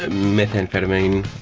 ah methamphetamine,